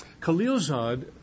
Khalilzad